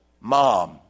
mom